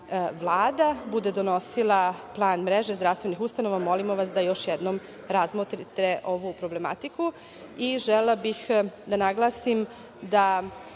Vlada bude donosila plan mreže zdravstvenih ustanova, molimo vas da još jednom razmotrite ovu problematiku. Želela bih da naglasim da